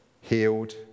healed